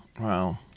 Wow